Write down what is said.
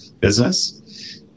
business